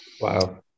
Wow